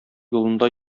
юлында